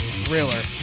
thriller